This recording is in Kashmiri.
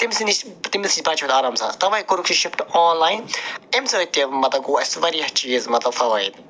تٔمۍسی نِش تٔمِس بَچو أسۍ آرام سان تَوَے کوٚرُکھ یہِ شِفٹ آن لایِن اَمہِ سۭتۍ تہِ مطلب گوٚو اَسہِ واریاہ چیٖز مطلب فوٲیِد